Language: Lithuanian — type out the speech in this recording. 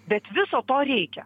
bet viso to reikia